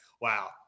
wow